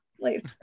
later